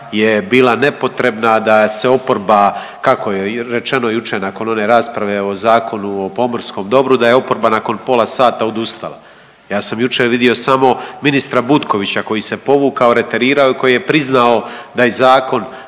je bila nepotrebna, da se oporba kako je rečeno jučer nakon one rasprave o Zakonu o pomorskom dobru, da je oporba nakon pola sata odustala. Ja sam jučer vidio samo ministra Butkovića koji se povukao, reterirao i koji je priznao da je zakon